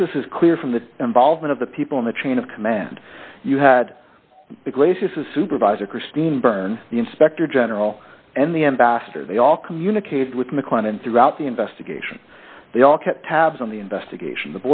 nexus is clear from the involvement of the people in the chain of command you had the graciousness supervisor christine byrne the inspector general and the ambassador they all communicated with maclennan throughout the investigation they all kept tabs on the investigation